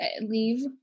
leave